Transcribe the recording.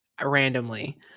randomly